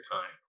time